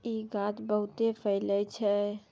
इ गाछ बहुते फैलै छै